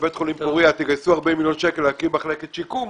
לבית חולים פוריה שיגייס 40 מיליון שקלים להקים מחלקת שיקום,